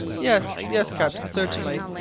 yes, yes, captain, certainly,